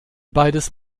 beides